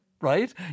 right